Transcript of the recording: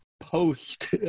post